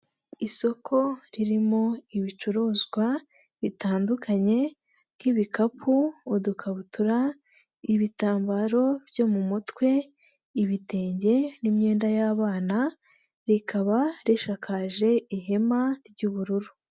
Isoko ririmo ibicuruzwa bitandukanye nk'ibikapu, udukabutura, ibitambaro byo mu mutwe, ibitenge n'imyenda y'abana, rikaba rishakakaje ihema ry'ubururu.